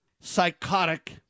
psychotic